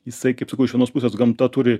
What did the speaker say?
jisai kaip sakau iš vienos pusės gamta turi